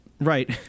Right